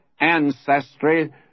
ancestry